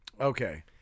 Okay